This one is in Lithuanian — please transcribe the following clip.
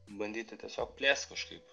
bandyti tiesiog plėst kažkaip